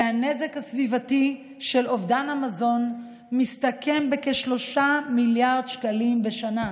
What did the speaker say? והנזק הסביבתי של אובדן המזון מסתכם בכ-3 מיליארד שקלים בשנה.